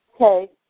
okay